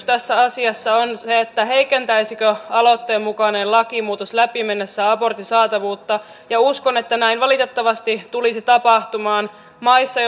tässä asiassa on se että heikentäisikö aloitteen mukainen lakimuutos läpi mennessään abortin saatavuutta ja uskon että näin valitettavasti tulisi tapahtumaan maissa